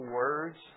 words